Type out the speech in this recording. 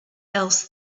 else